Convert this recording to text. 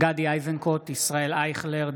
גדי איזנקוט, ישראל אייכלר.